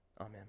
Amen